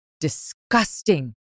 disgusting